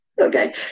Okay